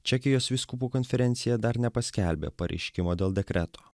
čekijos vyskupų konferencija dar nepaskelbė pareiškimo dėl dekreto